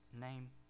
name